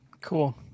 cool